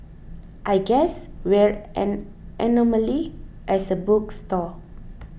I guess we're an anomaly as a bookstore